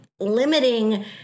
Limiting